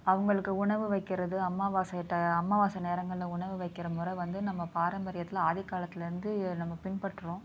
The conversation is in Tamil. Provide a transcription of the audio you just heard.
அவங்களுக்கு உணவு வைக்கிறது அமாவாசை டைம் அமாவாசை நேரங்களில் உணவு வைக்கிற முறை வந்து நம்ம பாரம்பரியத்தில் ஆதிக்காலத்தில் இருந்து நம்ம பின்பற்றுறோம்